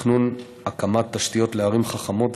בתכנון הקמת תשתיות לערים חכמות,